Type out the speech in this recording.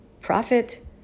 profit